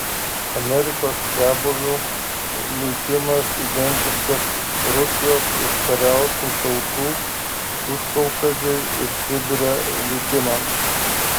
amerikos čiabuvių likimas identiškas rusijos užkariautų tautų užkaukazėj ir sibire likimams